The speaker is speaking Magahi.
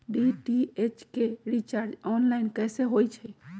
डी.टी.एच के रिचार्ज ऑनलाइन कैसे होईछई?